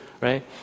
right